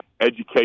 education